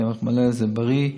קמח מלא זה בריא,